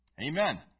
Amen